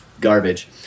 garbage